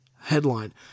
Headline